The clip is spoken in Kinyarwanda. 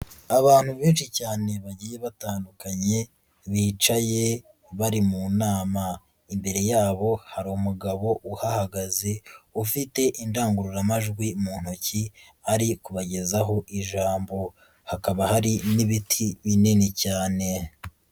Abantu benshi cyane bagiye batandukanye, bicaye bari mu nama, imbere y'abo hari umugabo uhagaze, ufite indangururamajwi mu ntoki ari kubagezaho ijambo, hakaba hari n'ibiti binini cyane.